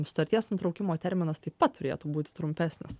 sutarties nutraukimo terminas taip pat turėtų būti trumpesnis